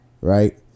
right